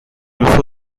uso